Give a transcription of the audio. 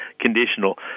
conditional